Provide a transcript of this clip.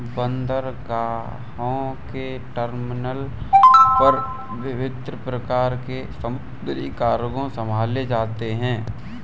बंदरगाहों के टर्मिनल पर विभिन्न प्रकार के समुद्री कार्गो संभाले जाते हैं